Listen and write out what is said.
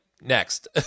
next